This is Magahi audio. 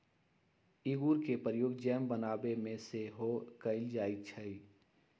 इंगूर के प्रयोग जैम बनाबे में सेहो कएल जाइ छइ